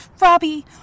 Robbie